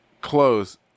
close